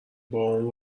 بابامو